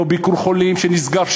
לא "ביקור חולים" שנסגר,